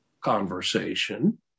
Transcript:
conversation